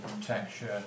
Protection